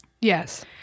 Yes